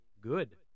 good